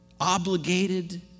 obligated